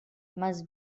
must